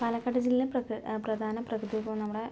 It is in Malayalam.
പാലക്കാട് ജില്ല പ്രകൃ പ്രധാന പ്രകൃതി വിഭവം നമ്മുടെ